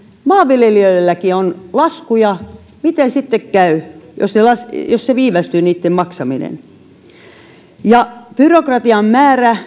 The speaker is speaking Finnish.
maanviljelijöilläkin on laskuja miten sitten käy jos niitten maksaminen viivästyy ja byrokratian määrä